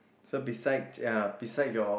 so beside ya beside your